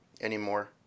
anymore